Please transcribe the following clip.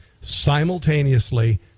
simultaneously